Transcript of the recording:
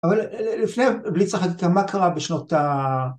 ‫אבל לפני, בלי צריך להגיד ‫מה קרה בשנות ה...